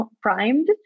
primed